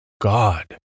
God